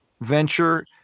venture